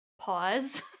pause